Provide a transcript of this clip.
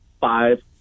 five